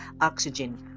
oxygen